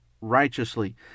righteously